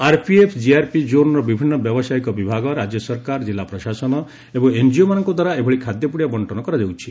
RPF GRP ଜୋନର ବିଭିନ୍ନ ବ୍ୟବସାୟିକ ବିଭାଗ ରାଜ୍ୟ ସରକାର ଜିଲ୍ଲା ପ୍ରଶସନ ଏବଂ ଏନ୍ଜିଓମାନଙ୍କ ଦ୍ୱାରା ଏଭଳି ଖାଦ୍ୟ ପୁଡ଼ିଆ ବଣ୍ଟନ କରାଯାଉଛି